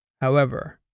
However